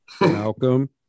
Malcolm